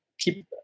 keep